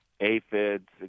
aphids